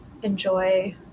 enjoy